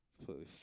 completely